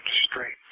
straight